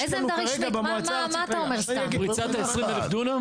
ויש לנו כרגע במועצה הארצית --- פריצת ה-20 אלך דונם?